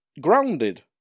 Grounded